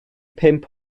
pump